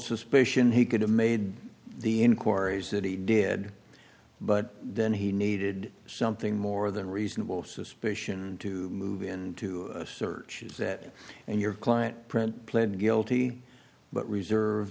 suspicion he could have made the inquiries that he did but then he needed something more than reasonable suspicion to move in to search that and your client print pled guilty but reserve